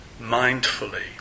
mindfully